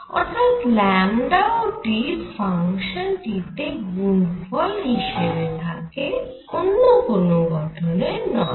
অর্থাৎ ও T ফাংশানটি তে গুণফল হিসেবে থাকে অন্য কোন গঠনে নয়